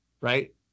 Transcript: right